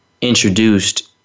introduced